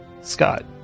Scott